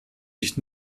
sich